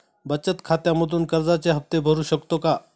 बचत खात्यामधून कर्जाचे हफ्ते भरू शकतो का?